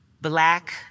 black